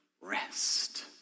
rest